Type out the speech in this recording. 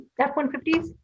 F-150s